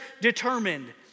determined